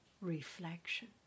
reflection